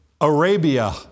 Arabia